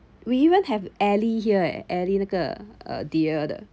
we even have Alley here eh Alley 这个 a deer 的